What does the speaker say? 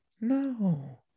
no